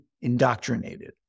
indoctrinated